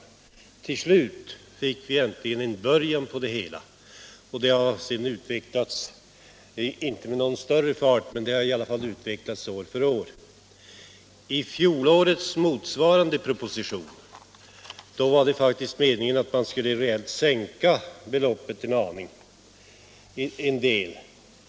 Till slut fick vi äntligen en början till ett sådant. Det har sedan inte utvecklats med någon större fart men ändå gått framåt år för år. I fjolårets motsvarande proposition var det faktiskt meningen att man reellt skulle sänka beloppet en del.